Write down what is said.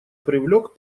привлек